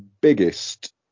biggest